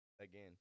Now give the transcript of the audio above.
Again